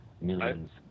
Millions